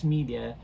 Media